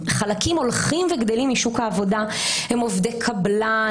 חלקים הולכים וגדלים משוק העבודה הם עובדי קבלן,